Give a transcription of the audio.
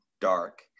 dark